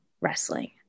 wrestling